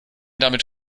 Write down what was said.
damit